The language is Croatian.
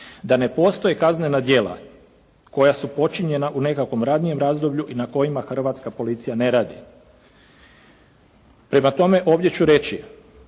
da ne postoje kaznena djela koja su počinjena u nekakvom ranijem razdoblju i na kojima Hrvatska policija ne radi. Prema tome, ovdje ću reći